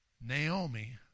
Naomi